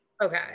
okay